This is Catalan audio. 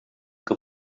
que